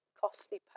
costly